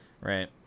Right